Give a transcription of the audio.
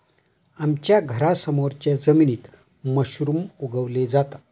आमच्या घरासमोरच्या जमिनीत मशरूम उगवले जातात